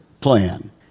plan